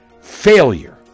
failure